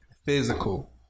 physical